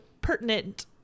pertinent